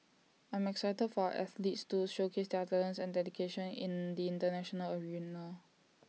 I'm excited for our athletes to showcase their talents and dedication in in the International arena